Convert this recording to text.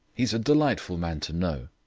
he is a delightful man to know.